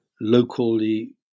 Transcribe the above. locally